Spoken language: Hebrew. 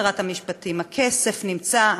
שרת המשפטים: הכסף נמצא,